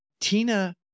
Tina